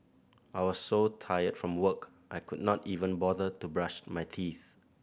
I was so tired from work I could not even bother to brush my teeth